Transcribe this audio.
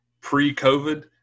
pre-COVID